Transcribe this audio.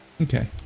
Okay